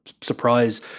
surprise